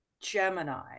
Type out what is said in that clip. Gemini